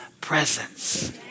presence